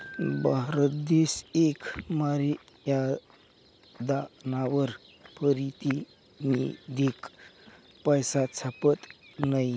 भारत देश येक मर्यादानावर पारतिनिधिक पैसा छापत नयी